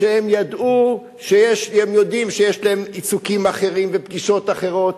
שיודעים שיש להם עיסוקים אחרים ופגישות אחרות,